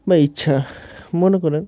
বা ইচ্ছা মনে করেন